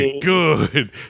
good